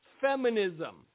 feminism